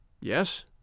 Yes